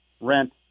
Rent